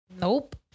Nope